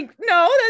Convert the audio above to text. no